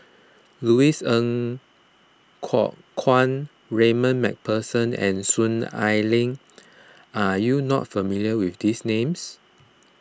Louis Ng Kok Kwang MacPherson and Soon Ai Ling are you not familiar with these names